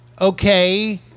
okay